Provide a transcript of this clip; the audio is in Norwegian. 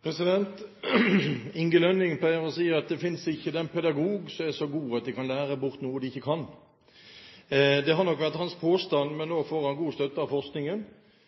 til oppfølgingsspørsmål. Inge Lønning pleier å si at det finnes ikke den pedagog som er så god at han kan lære bort noe han ikke kan. Det har nok vært hans påstand, men nå får han god støtte av forskningen.